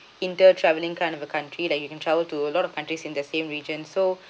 in the travelling kind of a country that you can travel to a lot of countries in the same region so